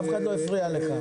אף אחד לא הפריע לך.